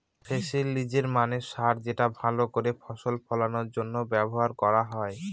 ফেস্টিলিজের মানে সার যেটা ভাল করে ফসল ফলানোর জন্য ব্যবহার করা হয়